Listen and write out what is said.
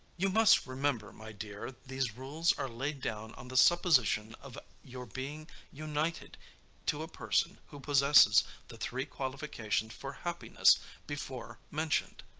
you must remember, my dear, these rules are laid down on the supposition of your being united to a person who possesses the three qualifications for happiness before mentioned.